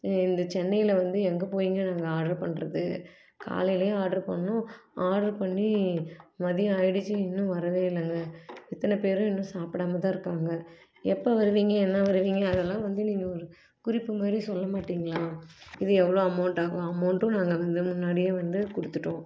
இந்த சென்னையில் வந்து எங்கே போயிங்க நாங்கள் ஆர்டர் பண்ணுறது காலையிலே ஆர்டர் பண்ணிணோம் ஆர்டரு பண்ணி மதியம் ஆகிடுச்சி இன்னும் வரவே இல்லைங்க இத்தனை பேரும் இன்னும் சாப்பிடாம தான் இருக்காங்க எப்போ வருவீங்க என்ன வருவீங்கன்னு அதெல்லாம் வந்து நீங்கள் ஒரு குறிப்பு மாதிரி சொல்ல மாட்டிங்களா இது எவ்வளோ அமௌண்ட்டாகும் அமௌண்ட்டும் நாங்கள் வந்து முன்னாடியே வந்து கொடுத்துட்டோம்